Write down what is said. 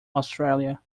australia